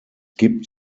gibt